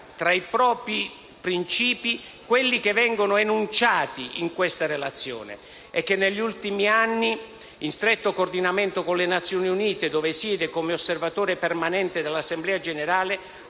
tra i propri principi, quelli che vengono enunciati in questa risoluzione e che negli ultimi anni (in stretto coordinamento con le Nazioni Unite, in cui siede come osservatore permanente presso l'Assemblea generale)